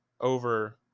over